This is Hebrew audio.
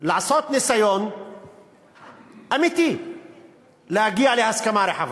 לעשות ניסיון אמיתי להגיע להסכמה רחבה.